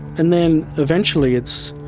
and then eventually it's,